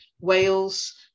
Wales